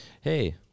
Hey